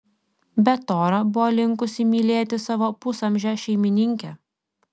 bet tora buvo linkusi mylėti savo pusamžę šeimininkę